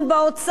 באוצר,